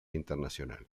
internacional